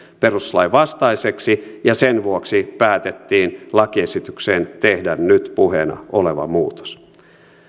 perustuslain vastaiseksi ja sen vuoksi päätettiin lakiesitykseen tehdä nyt puheena oleva muutos